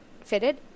fitted